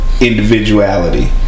individuality